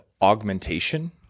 augmentation